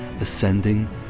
ascending